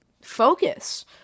focus